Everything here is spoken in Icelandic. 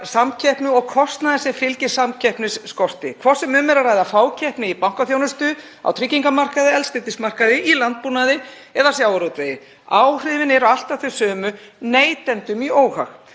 samkeppni og kostnaðinn sem fylgir samkeppnisskorti, hvort sem um er að ræða fákeppni í bankaþjónustu, á tryggingamarkaði, eldsneytismarkaði, í landbúnaði eða sjávarútvegi. Áhrifin eru alltaf þau sömu, neytendum í óhag.